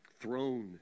Throne